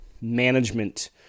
management